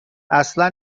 اصلا